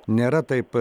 nėra taip